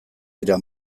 dira